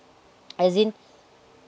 as in